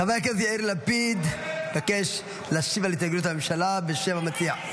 חבר הכנסת לפיד מבקש להשיב על התנגדות הממשלה בשם המציע.